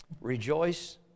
Rejoice